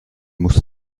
musste